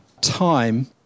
time